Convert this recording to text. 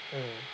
mm